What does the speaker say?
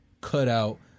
cutout